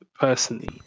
personally